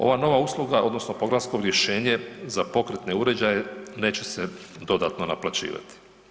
Ova nova usluga odnosno programsko rješenje za pokretne uređaje neće se dodatno naplaćivati.